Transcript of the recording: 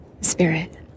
spirit